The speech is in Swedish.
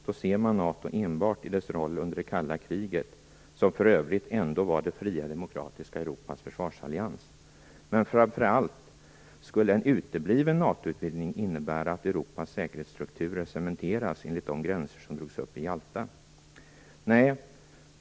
Då ser man NATO enbart i dess roll under det kalla kriget, som för övrigt ändå var det fria demokratiska Europas försvarsallians. Men framför allt skulle en utebliven NATO utvidgning innebära att Europas säkerhetsstrukturer cementeras enligt de gränser som drogs upp i Jalta.